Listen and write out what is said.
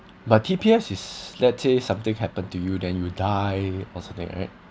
but T_P_S is let say something happen to you then you die or something like that